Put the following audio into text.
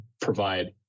provide